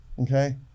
okay